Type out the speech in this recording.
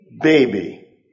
baby